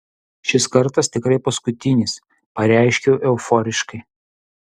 šis kartas tikrai paskutinis pareiškiau euforiškai